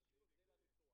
זה בעצם העסקה ישירה.